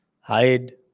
hide